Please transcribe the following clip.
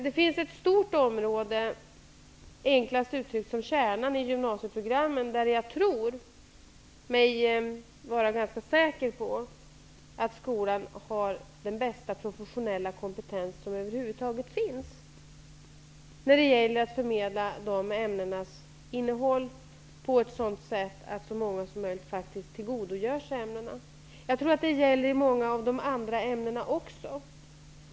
Det finns ett stort område, enklast uttryckt som kärnämnena i gymnasieprogrammen. Jag är ganska säker på att skolan har den bästa professionella kompetens som över huvud taget finns när det gäller att förmedla de ämnenas innehåll på ett sådant sätt att så många som möjligt faktiskt tillgodogör sig dem. Jag tror att detta gäller för många av de andra ämnena också.